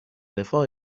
رفاه